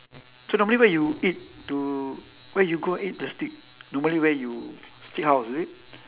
so normally where you eat to where you go eat the steak normally where you steakhouse is it